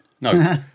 No